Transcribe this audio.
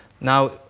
Now